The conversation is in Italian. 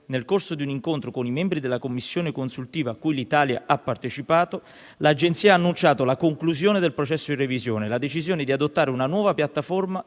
nel corso di un incontro con i membri della Commissione consultiva, a cui l'Italia ha partecipato, l'Agenzia ha annunciato la conclusione del processo di revisione e la decisione di adottare una nuova piattaforma